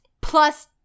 plus